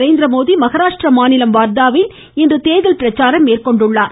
நரேந்திரமோடி மகாராஷ்ட்ரா மாநிலம் வார்தாவில் இன்று தேர்தல் பிரச்சாரம் மேற்கொள்கிறார்